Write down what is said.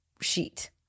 sheet